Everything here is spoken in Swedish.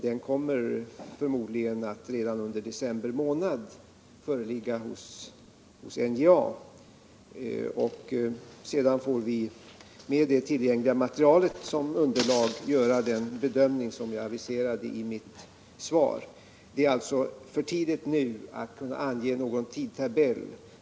Det kommer förmodligen att redan under december månad föreligga hos NJA. Sedan får vi med det tillgängliga materialet som underlag göra den bedömning som jag aviserade i mitt svar. Det är alltså för tidigt nu att kunna ange någon tidtabell.